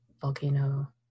volcano